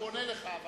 הוא עונה לך.